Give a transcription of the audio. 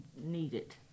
needed